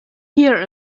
here